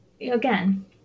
Again